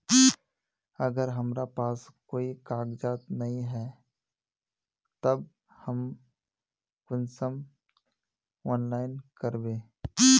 अगर हमरा पास कोई कागजात नय है तब हम कुंसम ऑनलाइन करबे?